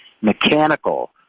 Mechanical